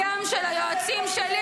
האם הדם של היועצים שלי,